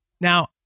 Now